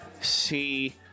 see